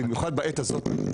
בעת הזאת,